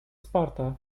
sparta